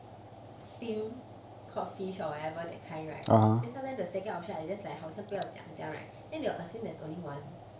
steam cod fish or whatever that kind right then sometimes the second option I just like 不要这样讲 right then they will assume there is only one